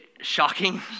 shocking